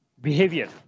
behavior